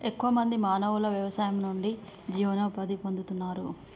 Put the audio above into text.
ఎక్కువ మంది మానవులు వ్యవసాయం నుండి జీవనోపాధి పొందుతున్నారు